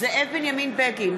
זאב בנימין בגין,